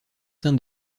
saint